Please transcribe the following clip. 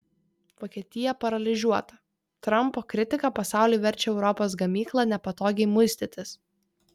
vokietija paralyžiuota trampo kritika pasauliui verčia europos gamyklą nepatogiai muistytis